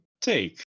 take